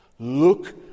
Look